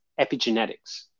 epigenetics